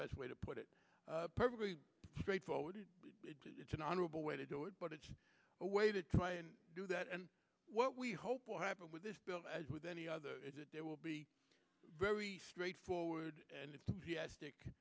best way to put it perfectly straightforward it's an honorable way to do it but it's a way to try and do that and what we hope will happen with this bill as with any other there will be very straightforward and stick